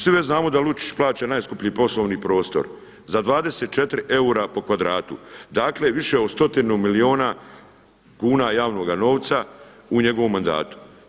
Svi već znamo da Lučić plaća najskuplji poslovni prostor za 24 eura po kvadratu, dakle više od stotinu milijuna kuna javnoga novca u njegovom mandatu.